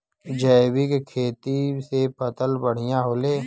जैविक खेती से फसल बढ़िया होले